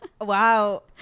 wow